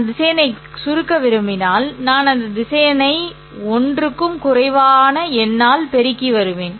நான் திசையனை சுருக்க விரும்பினால் நான் அந்த திசையனை 1 க்கும் குறைவான எண்ணால் பெருக்கி வருவேன்